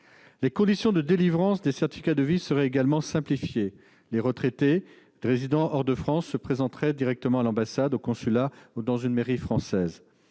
Les conditions de délivrance des certificats de vie seraient également simplifiées. Les retraités qui résident hors de France se présenteraient directement à l'ambassade, au consulat ou dans une mairie française.